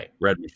red